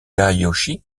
est